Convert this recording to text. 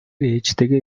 ээжтэйгээ